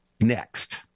next